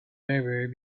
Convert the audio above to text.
maybury